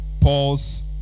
Paul's